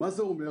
מה זה אומר?